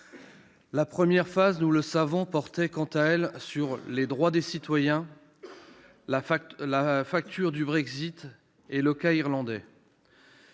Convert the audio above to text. La première phase, nous le savons, portait quant à elle sur les droits des citoyens, la facture du Brexit et le cas irlandais.